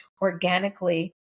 organically